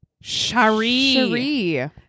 Shari